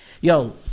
Yo